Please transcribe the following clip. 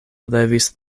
levis